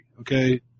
Okay